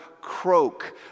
croak